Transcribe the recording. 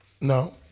No